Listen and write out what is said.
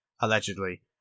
allegedly